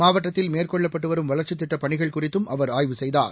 மாவட்டத்தில் மேற்கொள்ளப்பட்டுவரும் வளர்ச்சித் திட்டப் பணிகள் குறித்தும் அவர் ஆய்வு செய்தார்